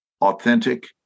authentic